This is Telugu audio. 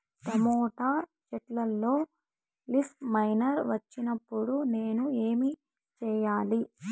టమోటా చెట్టులో లీఫ్ మైనర్ వచ్చినప్పుడు నేను ఏమి చెయ్యాలి?